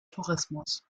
tourismus